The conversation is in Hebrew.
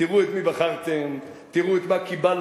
תראו את מי בחרתם, תראו את מה קיבלתם.